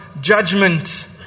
judgment